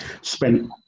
spent